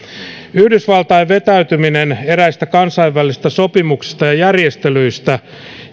yhdysvaltain vetäytyminen eräistä kansainvälisistä sopimuksista ja järjestelyistä